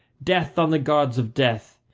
death on the gods of death!